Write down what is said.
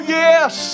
yes